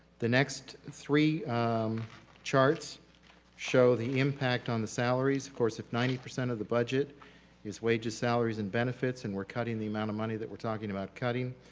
the next three um charts show the impact on the salaries of course if ninety percent of the budget is wages, salaries, and benefits and we're cutting the amount of money that we're talking about cutting,